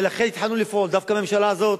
ולכן התחלנו לפעול, דווקא הממשלה הזאת,